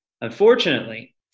Unfortunately